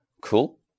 Cool